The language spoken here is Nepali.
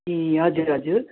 ए हजुर हजुर